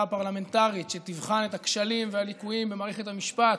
פרלמנטרית שתבחן את הכשלים והליקויים במערכת המשפט,